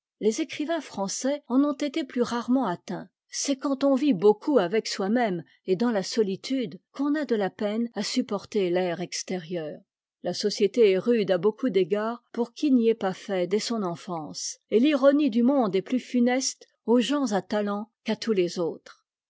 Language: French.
les écrivains français en ont été plus rarement atteints c'est quand on vit beaucoup avec soi-même et dans la solitude qu'on a de la peine à supporter l'air extérieur la société est rude à beaucoup d'égards pour qui n'y est pas fait dès son enfance et l'ironie du monde est plus funeste aux gens à talent qu'à tous les autres